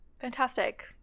Fantastic